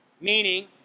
meaning